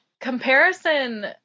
Comparison